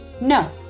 no